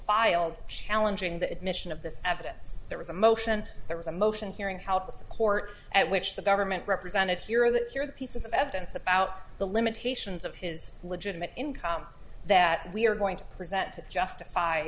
filed shall enjoying the admission of this evidence there was a motion there was a motion hearing help court at which the government represented here that your piece of evidence about the limitations of his legitimate income that we are going to present to justify